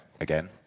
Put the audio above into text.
again